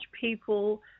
people